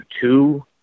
two